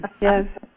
yes